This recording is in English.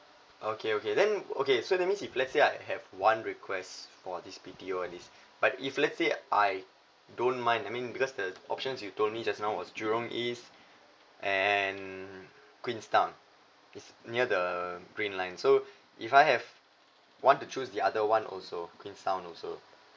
okay okay then okay so that means if let's say I have one request for this B T O at least but if let's say I don't mind I mean because the options you told me just now was jurong east and queenstown it's near the green line so if I have want to choose the other one also queenstown also